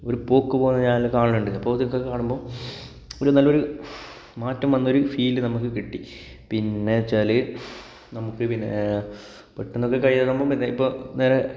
ഒരു പോക്ക് പോകുന്നത് ഞാൻ അത് കാണലുണ്ട് അപ്പോൾ അതൊക്കെ കാണുമ്പോൾ ഒരു നല്ലൊരു മാറ്റം വന്ന ഒര് ഫീല് നമുക്ക് കിട്ടി പിന്നെ വെച്ചാല് നമുക്ക് പിന്നെ പെട്ടെന്ന് അത് കഴിയാതാകുമ്പോൾ പിന്നെ ഇപ്പോൾ നേരെ